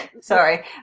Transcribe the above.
Sorry